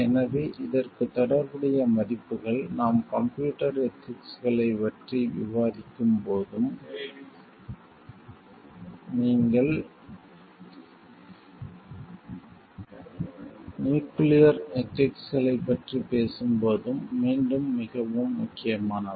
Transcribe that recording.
எனவே இதற்கு தொடர்புடைய மதிப்புகள் நாம் கம்ப்யூட்டர் எதிக்ஸ்களைப் பற்றி விவாதிக்கும்போதும் நீங்கள் நியூக்கிளியர் எதிக்ஸ்களைப் பற்றி பேசும்போதும் மீண்டும் மிகவும் முக்கியமானவை